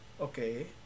okay